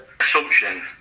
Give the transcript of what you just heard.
assumption